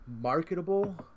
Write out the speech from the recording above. marketable